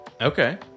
Okay